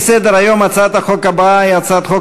לפי סדר-היום הצעת החוק הבאה היא הצעת חוק